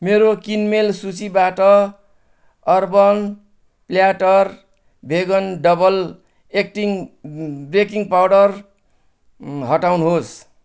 मेरो किनमेल सूचीबाट urban platter vegan double acting baking powder अँ हटाउनुहोस्